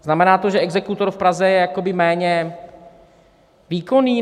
Znamená to, že exekutor v Praze je jakoby méně výkonný?